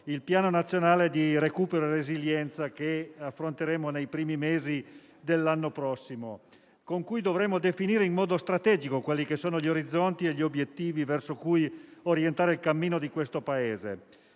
il Piano nazionale di recupero e resilienza, che affronteremo nei primi mesi dell'anno nuovo. Tramite tale Piano dovremo definire in modo strategico gli orizzonti e gli obiettivi verso cui orientare il cammino di questo Paese.